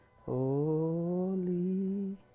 Holy